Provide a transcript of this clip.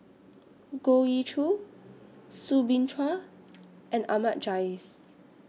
Goh Ee Choo Soo Bin Chua and Ahmad Jais